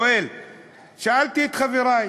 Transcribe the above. שאלתי את חברי,